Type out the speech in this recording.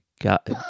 Got